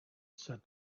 said